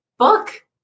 book